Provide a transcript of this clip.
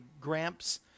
gramps